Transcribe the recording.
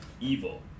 Evil